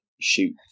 shoot